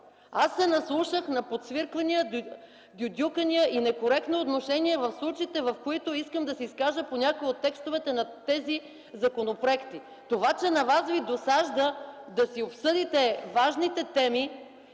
Аз се наслушах на подсвирквания, дюдюкания и некоректно отношение в случаите, в които искам да се изкажа по някои от текстовете на тези законопроекти! Това, че на вас ви досажда да си обсъдите важните теми,